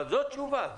אבל זאת תשובה.